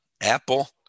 Apple